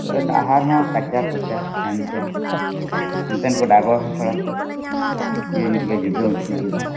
ᱚᱱᱟᱛᱮ ᱰᱟᱦᱟᱨ ᱦᱚᱸ ᱠᱟᱪᱟᱼᱠᱚᱪᱟ ᱦᱮᱱᱼᱛᱮᱱ ᱚᱱᱛᱮᱱ ᱠᱚ ᱰᱟᱭᱵᱚᱨ ᱦᱚᱸ ᱛᱷᱚᱲᱟ ᱠᱚ ᱤᱭᱟᱹ ᱧᱚᱜ ᱜᱮᱭᱟ ᱡᱩᱫᱟᱹ ᱢᱟᱪᱷᱟ ᱧᱚᱜ ᱜᱮᱭᱟ